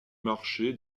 marché